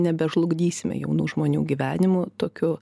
nebežlugdysime jaunų žmonių gyvenimų tokiu